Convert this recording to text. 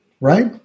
right